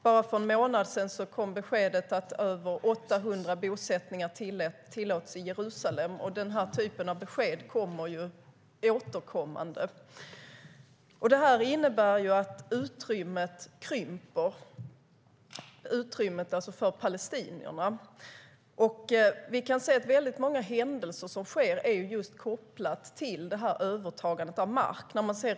För bara en månad sedan kom beskedet att över 800 nya bosättare tillåts i Jerusalem. Den typen av besked är återkommande. Det innebär att utrymmet för palestinierna krymper. Många händelser är kopplade till just övertagandet av mark.